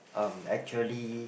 um actually